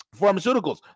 pharmaceuticals